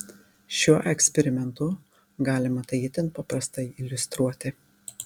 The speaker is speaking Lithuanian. šiuo eksperimentu galima tai itin paprastai iliustruoti